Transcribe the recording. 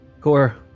Core